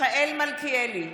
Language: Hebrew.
מיכאל מלכיאלי,